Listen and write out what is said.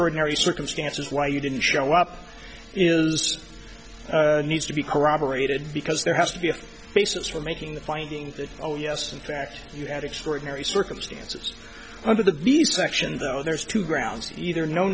extraordinary circumstances why you didn't show up is needs to be corroborated because there has to be a basis for making the finding that oh yes in fact you had extraordinary circumstances under the lead section though there's two grounds either no